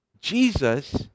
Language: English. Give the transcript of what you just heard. Jesus